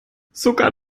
sogar